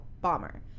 bomber